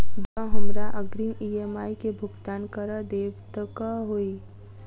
जँ हमरा अग्रिम ई.एम.आई केँ भुगतान करऽ देब तऽ कऽ होइ?